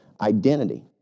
identity